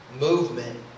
movement